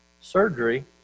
Surgery